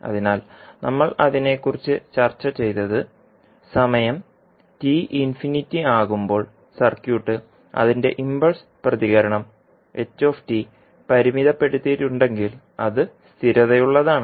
അതിനാൽ നമ്മൾ അതിനെക്കുറിച്ച് ചർച്ചചെയ്തത് സമയംആകുമ്പോൾ സർക്യൂട്ട് അതിന്റെ ഇംപൾസ് പ്രതികരണം പരിമിതപ്പെടുത്തിയിട്ടുണ്ടെങ്കിൽ അത് സ്ഥിരതയുള്ളതാണ്